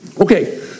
Okay